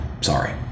Sorry